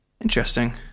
interesting